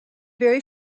very